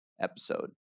episode